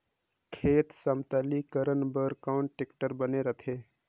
खेत समतलीकरण बर कौन टेक्टर बने रथे?